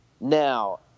Now